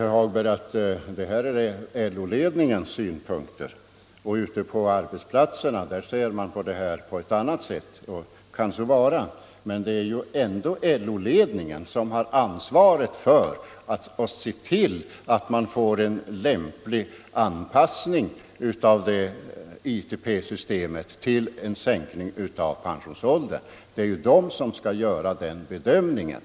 Herr Hagberg säger vidare att detta är LO-ledningens synpunkter, me = Nr 134 dan man ute på srbotsplatsergna ser REMO r und på denna sak. Det må Onsdagen den så vara! Men det är ju ändå LO-ledningen som har ansvaret för att det 4 december 1974 blir en lämplig anpassning av ITP-systemet till en sänkning av pensionsåldern. Det är LO-ledningen som skall göra den bedömningen.